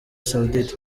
saudite